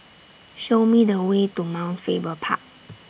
Show Me The Way to Mount Faber Park